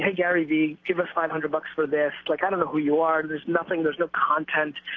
ah gary vee, give us five hundred bucks for this, like, i don't know who you are. there's nothing, there's no content,